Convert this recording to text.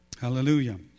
Hallelujah